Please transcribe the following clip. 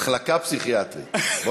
מחלקה פסיכיאטרית.